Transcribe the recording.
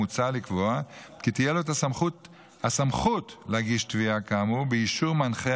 מוצע לקבוע כי תהיה לו הסמכות להגיש תביעה כאמור באישור מנחה